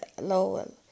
Lowell